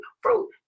fruit